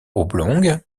oblongues